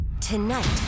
Tonight